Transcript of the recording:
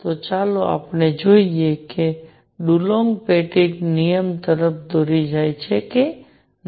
ચાલો આપણે જોઈએ કે તે ડુલોંગ પેટિટ નિયમ તરફ દોરી જાય છે કે નહીં